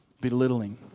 belittling